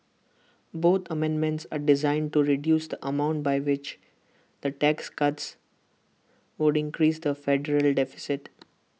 both amendments are designed to reduce the amount by which the tax cuts would increase the federal deficit